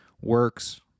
works